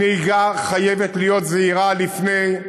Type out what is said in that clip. הנהיגה חייבת להיות זהירה לפני,